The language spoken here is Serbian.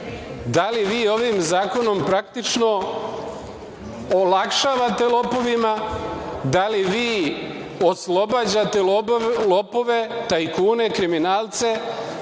Da li vi ovim zakonom praktično olakšavate lopovima? Da li vi oslobađate lopove, tajkune, kriminalce,